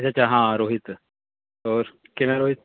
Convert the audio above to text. ਅੱਛਾ ਅੱਛਾ ਹਾਂ ਰੋਹਿਤ ਹੋਰ ਕਿਵੇਂ ਆ ਰੋਹਿਤ